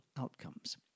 outcomes